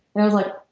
and i was like